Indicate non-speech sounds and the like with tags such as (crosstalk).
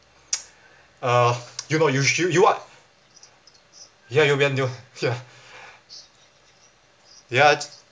(noise) uh you know you you what ya you'll be untill ya ya